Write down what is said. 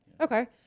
okay